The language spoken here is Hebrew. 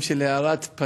תם